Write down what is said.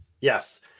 Yes